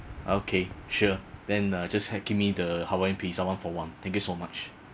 okay sure then uh just help give me the hawaiian pizza one for one thank you so much